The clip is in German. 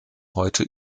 heute